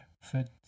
food